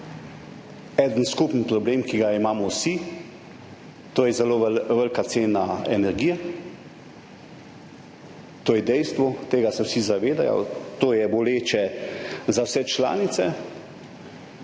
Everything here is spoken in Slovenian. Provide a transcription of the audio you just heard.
En skupni problem, ki ga imamo vsi, to je zelo velika cena energije. To je dejstvo, tega se vsi zavedajo, to je boleče za vse članice.